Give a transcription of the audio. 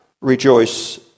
rejoice